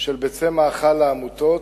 של ביצי מאכל לעמותות.